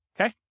Okay